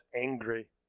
angry